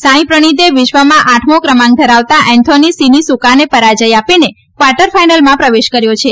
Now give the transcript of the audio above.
સાઇ પ્રણીતે વિશ્વમાં આઠમો ક્રમાંક ધરાવતા એન્થોની સીનીસુકાને પરાજય આપીને ક્વાર્ટર ફાઈનલમાં પ્રવેશ કર્યો છે